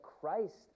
Christ